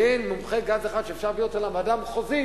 ואין מומחה גז אחד שאפשר להעביר אותו לוועדה המחוזית